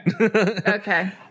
Okay